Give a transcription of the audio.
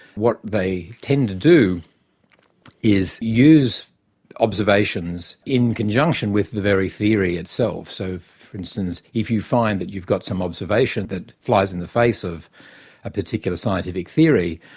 what they tend to do is use observations in conjunction with the very theory itself. so, for instance, if you find that you've got some observation that flies in the face of a particular scientific theory,